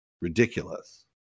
ridiculous